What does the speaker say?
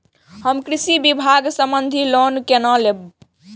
हम कृषि विभाग संबंधी लोन केना लैब?